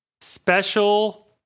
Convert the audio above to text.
Special